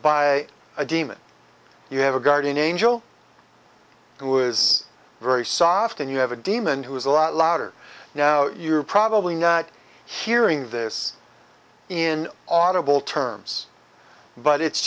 by a demon you have a guardian angel who is very soft and you have a demon who is a lot louder now you're probably not hearing this in audible terms but it's